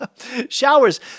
Showers